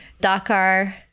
Dakar